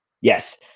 yes